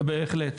בהחלט.